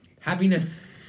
Happiness